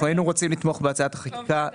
היינו רוצים לתמוך בהצעת החקיקה,